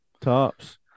tops